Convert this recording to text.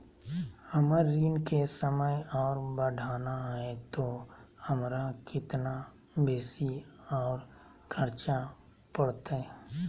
हमर ऋण के समय और बढ़ाना है तो हमरा कितना बेसी और खर्चा बड़तैय?